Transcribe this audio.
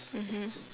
mmhmm